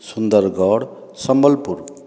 Sundargarh Sambalpur